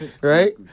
Right